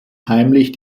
heimlich